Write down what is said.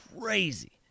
Crazy